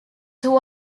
who